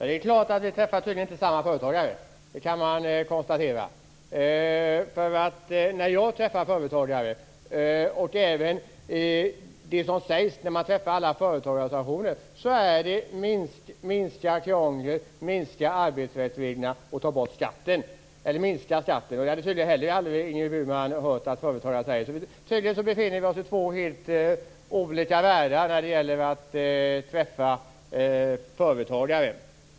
Herr talman! Vi träffar tydligen inte samma företagare - det kan man konstatera. När jag träffar företagare, och när man träffar alla företagarorganisationer, är det som sägs: Minska krånglet! Minska arbetsrättsreglerna! Minska skatten! Det har tydligen Ingrid Burman aldrig hört företagare säga. Vi befinner oss alltså tydligen i två helt olika världar när vi träffar företagare.